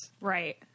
Right